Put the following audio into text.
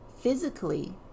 Physically